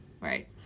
right